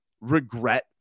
regret